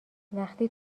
وقتی